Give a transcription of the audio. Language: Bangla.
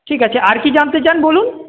ঠিক আছে আর কী জানতে চান বলুন